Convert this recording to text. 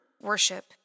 worship